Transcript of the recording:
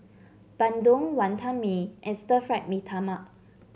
Bandung Wantan Mee and Stir Fried Mee Tai Mak